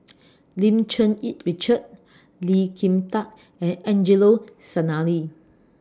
Lim Cherng Yih Richard Lee Kin Tat and Angelo Sanelli